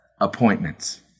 appointments